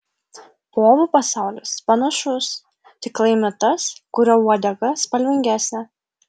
povų pasaulis panašus tik laimi tas kurio uodega spalvingesnė